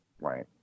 Right